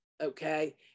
Okay